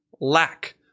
lack